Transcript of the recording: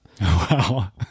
Wow